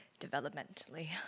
developmentally